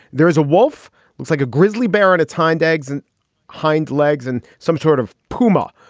there is a wolf looks like a grizzly bear on its hind legs and hind legs and some sort of puma.